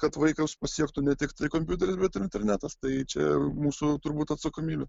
kad vaikas pasiektų ne tik kompiuteris bet ir internetas tai čia mūsų turbūt atsakomybė